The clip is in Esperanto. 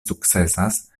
sukcesas